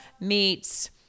meets